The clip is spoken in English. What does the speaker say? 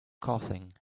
coughing